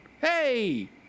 Hey